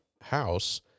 house